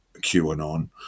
QAnon